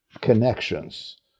connections